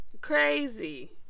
Crazy